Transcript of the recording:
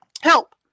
Help